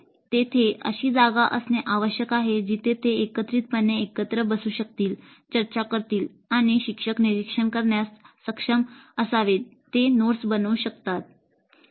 तेथे अशी जागा असणे आवश्यक आहे जिथे ते एकत्रितपणे एकत्र बसू शकतील चर्चा करतील आणि शिक्षक निरीक्षण करण्यास सक्षम असावेत ते नोट्स बनवू शकतात